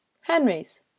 Henry's